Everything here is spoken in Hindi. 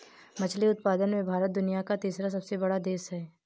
मछली उत्पादन में भारत दुनिया का तीसरा सबसे बड़ा देश है